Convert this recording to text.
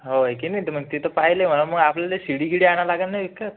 होय की नाही मग तिथे पाहायला मला मग आपल्याला सी डी गिडी आणायला लागेल ना विकत